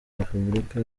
repubulika